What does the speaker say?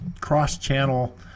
cross-channel